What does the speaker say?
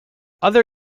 other